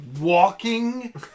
Walking